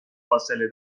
فاصله